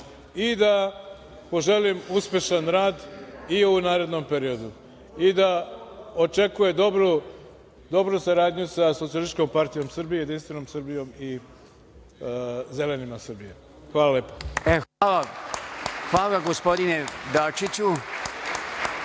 da poželim uspešan rad i u narednom periodu i da očekuje dobru saradnju sa Socijalističkom partijom Srbije, Jedinstvenom Srbije i Zelenima Srbije. Hvala lepo. **Stojan Radenović**